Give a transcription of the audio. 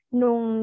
nung